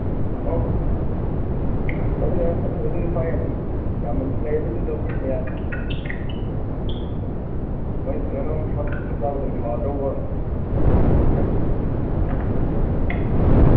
ꯑꯧ ꯑꯗꯨꯗꯤ ꯑꯗꯨꯗꯤ ꯐꯥꯏ ꯑꯗꯨꯝ ꯌꯥꯝꯅ ꯑꯗꯨꯝ ꯂꯩ ꯑꯗꯨꯗꯤ ꯑꯗꯨꯝ ꯍꯣꯏ ꯉꯥꯅꯝ ꯆꯥꯕ ꯑꯗꯨꯝ ꯍꯥꯎꯔꯗꯧꯕ ꯍꯟꯇꯛ